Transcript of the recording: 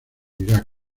iraq